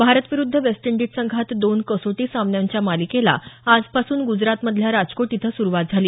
भारत विरुद्ध West Indies संघात दोन कसोटी सामन्यांच्या मालिकेला आजपासून ग्जरातमधल्या राजकोट इथं सुरुवात झाली